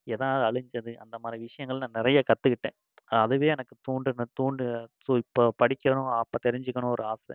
எதனால் அழிஞ்சது அந்த மாதிரி விஷயங்கள் நான் நிறையே கற்றுக்கிட்டேன் அதுவே எனக்கு தோன்றின தோன்றி ஸோ இப்போ படிக்கணும் அப்போ தெரிஞ்சுக்கணும் ஒரு ஆசை